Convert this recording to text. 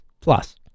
Plus